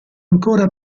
ancora